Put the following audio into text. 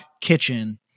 kitchen